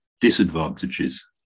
disadvantages